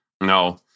no